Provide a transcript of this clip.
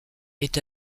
est